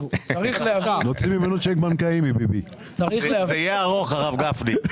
זה יהיה ארוך, הרב גפני.